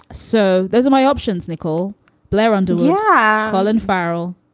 so those are my options. nicole blair underwood. yeah colin farrell,